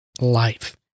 life